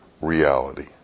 reality